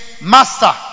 master